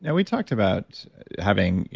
and we talked about having,